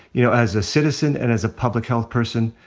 you know, as a citizen and as a public health person,